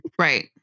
right